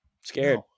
Scared